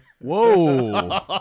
Whoa